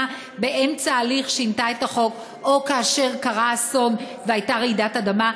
באמצע הליך שינתה את החוק או כאשר קרה אסון והייתה רעידת אדמה.